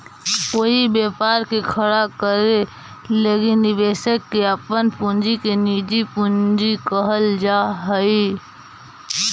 कोई व्यापार के खड़ा करे लगी निवेशक के अपन पूंजी के निजी पूंजी कहल जा हई